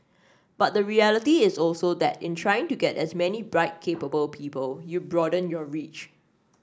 but the reality is also that in trying to get as many bright capable people you broaden your reach